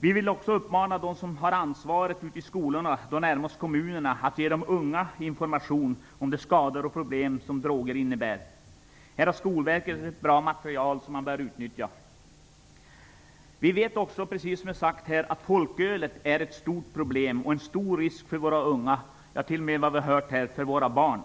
Vi vill också uppmana dem som har ansvaret ute i skolorna, närmast kommunerna, att ge de unga information om de skador och problem som droger innebär. Skolverket har ett bra material, som man bör utnyttja. Vi vet också, som har sagts här, att folkölet är ett stort problem och är en stor risk för våra unga, t.o.m. för våra barn.